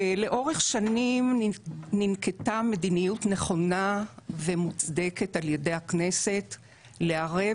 לאורך שנים ננקטה מדיניות נכונה ומוצדקת על ידי הכנסת לערב